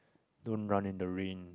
don't run in the rain